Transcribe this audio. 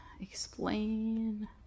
Explain